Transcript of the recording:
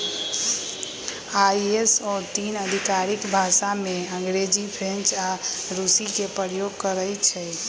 ISO तीन आधिकारिक भाषामें अंग्रेजी, फ्रेंच आऽ रूसी के प्रयोग करइ छै